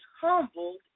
humbled